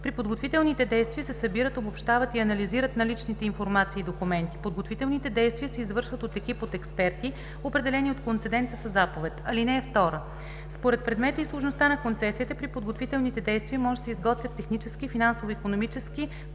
При подготвителните действия се събират, обобщават и анализират наличните информация и документи. Подготвителните действия се извършват от екип от експерти, определени от концедента със заповед. (2) Според предмета и сложността на концесията при подготвителните действия може да се изготвят технически, финансово-икономически,